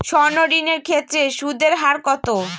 সর্ণ ঋণ এর ক্ষেত্রে সুদ এর হার কত?